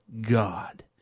God